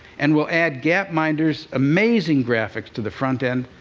and we'll add gapminder's amazing graphics to the front end.